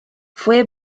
fue